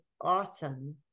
awesome